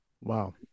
Wow